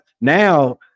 now